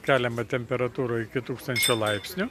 keliame temperatūrą iki tūkstančio laipsnių